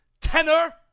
tenor